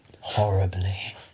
Horribly